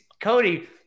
Cody